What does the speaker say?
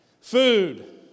Food